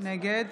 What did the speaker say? נגד